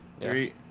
Three